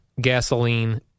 gasoline